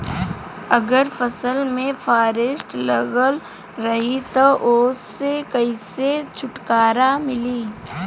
अगर फसल में फारेस्ट लगल रही त ओस कइसे छूटकारा मिली?